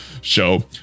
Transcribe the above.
show